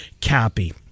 Cappy